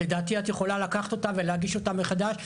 לדעתי את יכולה לקחת אותה ולהגיש אותה מחדש,